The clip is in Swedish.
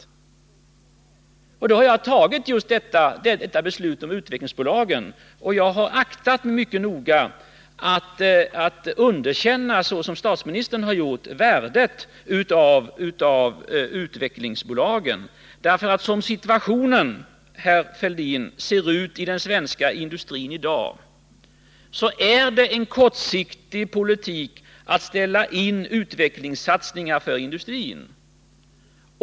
Som exempel har jag tagit just detta beslut om utvecklingsbolagen, och jag har aktat mig mycket noga att — såsom statsministern har gjort — underkänna värdet av utvecklingsbolagen. Som situationen ser ut i den svenska industrin i dag, herr Fälldin, är det nämligen en kortsiktig politik att inställa utvecklingssatsningar.